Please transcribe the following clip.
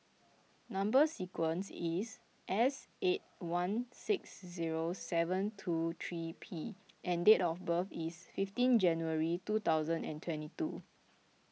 Number Sequence is S eight one six zero seven two three P and date of birth is fifteen January two thousand and twenty two